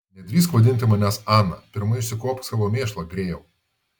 nedrįsk vadinti manęs ana pirma išsikuopk savo mėšlą grėjau